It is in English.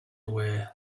away